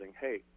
hey